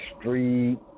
Street